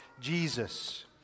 Jesus